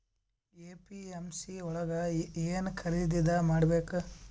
APMC ಯೊಳಗ ಏನ್ ಖರೀದಿದ ಮಾಡ್ಬೇಕು?